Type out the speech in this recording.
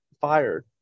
fired